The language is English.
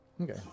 Okay